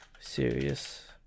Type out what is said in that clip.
Serious